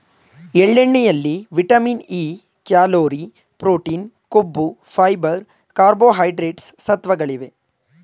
ಎಳ್ಳೆಣ್ಣೆಯಲ್ಲಿ vitamin E, calorie, protein, ಕೊಬ್ಬು, fibre, carbohydrates ಸತ್ವಗಳಿವೆ